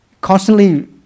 constantly